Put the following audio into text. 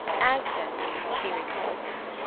as gently she repulsed him.